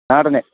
നാടൻ